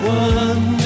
one